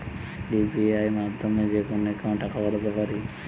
UPI মাধ্যমে যেকোনো একাউন্টে টাকা পাঠাতে পারি?